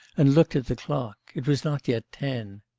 and looked at the clock it was not yet ten.